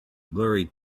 blurry